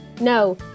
No